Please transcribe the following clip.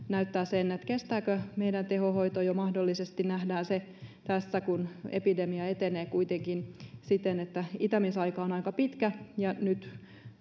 näyttää sen kestääkö meidän tehohoito mahdollisesti nähdään se tässä kun epidemia etenee kuitenkin siten että itämisaika on aika pitkä ja nyt